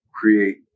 create